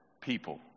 people